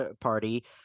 Party